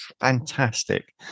fantastic